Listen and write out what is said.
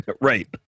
right